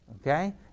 Okay